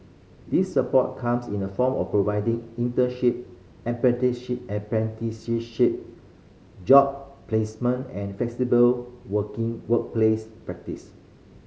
this support comes in the form of providing internship apprenticeship job placement and flexible working workplace practice